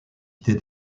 idée